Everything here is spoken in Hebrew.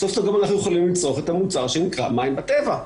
סוף סוף גם אנחנו יכולים לצרוך את המוצר שנקרא מים בטבע.